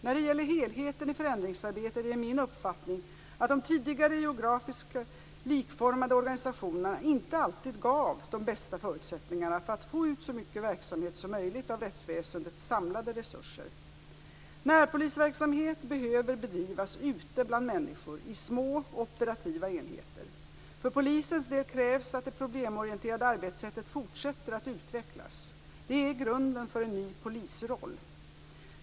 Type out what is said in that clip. När det gäller helheten i förändringsarbetet är det min uppfattning att de tidigare geografiskt likformade organisationerna inte alltid gav de bästa förutsättningarna för att få ut så mycket verksamhet som möjligt av rättsväsendets samlade resurser. Närpolisverksamhet behöver bedrivas ute bland människor i små operativa enheter. För polisens del krävs att det problemorienterade arbetssättet fortsätter att utvecklas. Det är grunden för en ny polisroll.